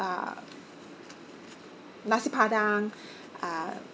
uh nasi padang uh